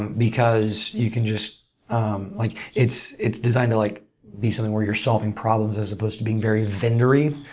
and because you can just um like it's it's designed to like be something where you're solving problems as supposed to being very vendory.